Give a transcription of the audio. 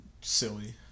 silly